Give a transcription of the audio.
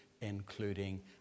including